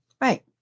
Right